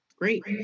great